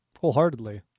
wholeheartedly